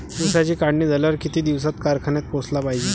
ऊसाची काढणी झाल्यावर किती दिवसात कारखान्यात पोहोचला पायजे?